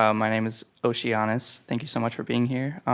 um my name is oceanus. thank you so much for being here.